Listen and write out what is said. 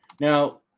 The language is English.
now